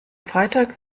freitag